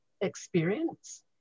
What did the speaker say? experience